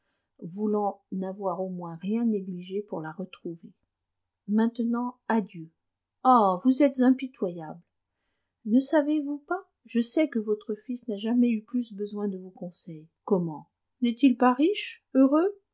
voulant n'avoir au moins rien négligé pour la retrouver maintenant adieu ah vous êtes impitoyable ne savez-vous pas je sais que votre fils n'a jamais eu plus besoin de vos conseils comment n'est-il pas riche heureux